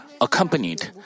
accompanied